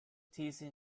these